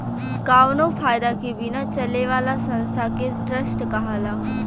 कावनो फायदा के बिना चले वाला संस्था के ट्रस्ट कहाला